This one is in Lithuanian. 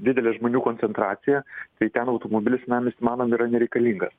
didelė žmonių koncentracija tai ten automobilis senamiesty manom yra nereikalingas